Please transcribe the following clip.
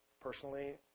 personally